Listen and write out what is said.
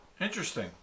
Interesting